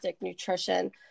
nutrition